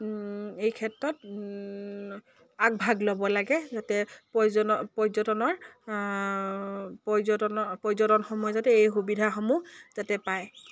এই ক্ষেত্ৰত আগভাগ ল'ব লাগে যাতে পৰ্য পৰ্যটনৰ পৰ্যটনৰ পৰ্যটনসমূহে যাতে এই সুবিধাসমূহ যাতে পায়